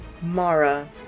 Mara